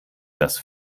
das